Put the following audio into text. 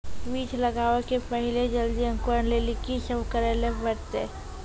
बीज लगावे के पहिले जल्दी अंकुरण लेली की सब करे ले परतै?